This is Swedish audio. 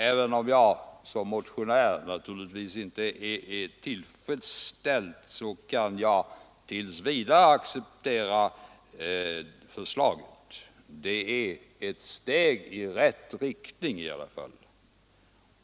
Även om jag som motionär naturligtvis inte är tillfredsställd kan jag tills vidare acceptera förslaget. Det är ett steg i rätt riktning i alla fall.